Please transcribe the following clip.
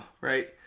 Right